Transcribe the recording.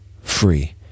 free